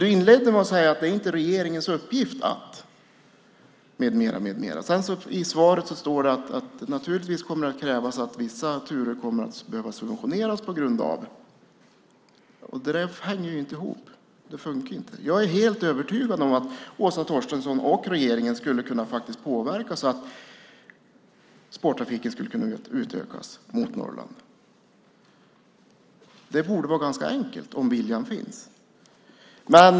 Du inledde med att säga att det inte är regeringens uppgift. I svaret står det att vissa turer naturligtvis måste subventioneras. Det hänger inte ihop. Det fungerar inte. Jag är övertygad om att Åsa Torstensson och regeringen skulle kunna påverka så att spårtrafiken mot Norrland kan utökas. Det borde vara ganska enkelt, om viljan finns.